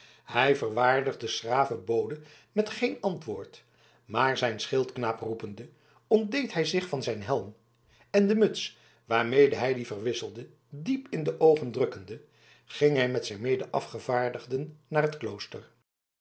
hij verwaardigde s graven bode met geen antwoord maar zijn schildknaap roepende ontdeed hij zich van zijn helm en de muts waarmede hij dien verwisselde diep in de oogen drukkende ging hij met zijn medeafgevaardigden naar het klooster